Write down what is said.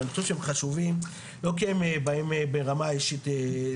ואני חושב שהם חשובים לא כי הם באים ברמה אישית לנגוע,